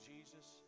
Jesus